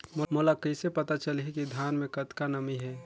मोला कइसे पता चलही की धान मे कतका नमी हे?